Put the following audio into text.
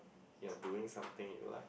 you are doing something you like